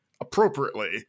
appropriately